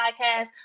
podcast